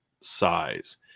size